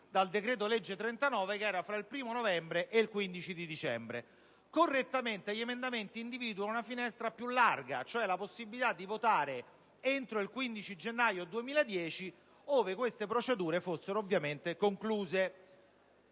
dal decreto-legge n. 39, che era tra il 1° novembre e il 15 dicembre 2009. Correttamente pertanto gli emendamenti individuano una finestra più larga, ossia la possibilità di votare entro il 15 gennaio 2010, ove queste procedure fossero ovviamente concluse.